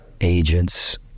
agents